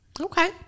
Okay